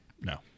No